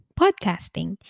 podcasting